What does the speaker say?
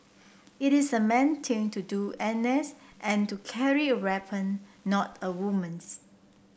it's a man's thing to do N S and to carry a weapon not a woman's